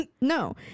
No